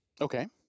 Okay